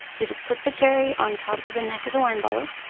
you just put the cherry on top of the neck of the wine bottle.